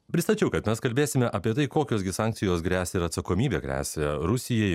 pristačiau kad mes kalbėsime apie tai kokios gi sankcijos gresia ir atsakomybė gresia rusijai